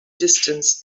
distance